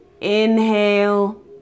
inhale